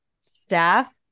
staff